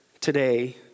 today